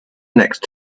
next